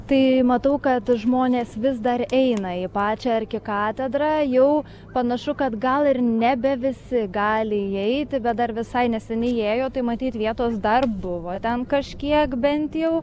tai matau kad žmonės vis dar eina į pačią arkikatedrą jau panašu kad gal ir nebe visi gali įeiti bet dar visai neseniai įėjo tai matyt vietos dar buvo ten kažkiek bent jau